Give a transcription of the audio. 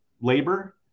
labor